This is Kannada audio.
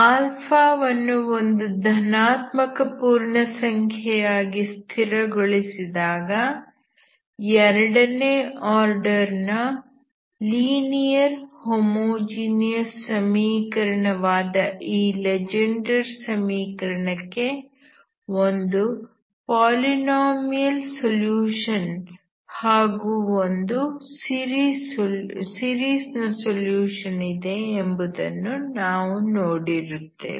α ವನ್ನು ಒಂದು ಧನಾತ್ಮಕ ಪೂರ್ಣಸಂಖ್ಯೆಯಾಗಿ ಸ್ಥಿರಗೊಳಿಸಿದಾಗ ಎರಡನೇ ಆರ್ಡರ್ ನ ಲೀನಿಯರ್ ಹೋಮೋಜಿನಿಯಸ್ ಸಮೀಕರಣ ವಾದ ಈ ಲೆಜೆಂಡರ್ಸ್ Legendre's ಸಮೀಕರಣಕ್ಕೆ ಒಂದು ಪಾಲಿನಾಮಿಯಲ್ ಸೊಲ್ಯೂಷನ್ ಹಾಗೂ ಒಂದು ಸೀರೀಸ್ ನ ಸೊಲ್ಯೂಷನ್ ಇದೆ ಎಂಬುದನ್ನು ನಾವು ನೋಡಿರುತ್ತೇವೆ